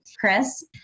Chris